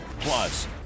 Plus